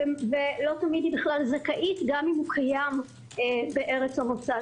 ולא תמיד היא בכלל זכאית גם אם הוא קיים בארץ המוצא.